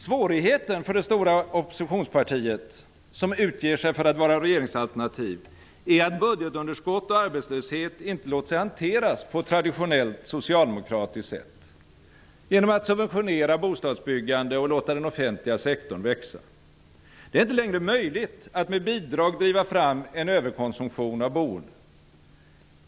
Svårigheten för det stora oppositionspartiet, som utger sig för att vara regeringsalternativ, är att budgetunderskott och arbetslöshet inte låter sig hanteras på traditionellt socialdemokratiskt sätt -- genom att subventionera bostadsbyggande och låta den offentliga sektorn växa. Det är inte längre möjligt att med bidrag driva fram en överkonsumtion av boende.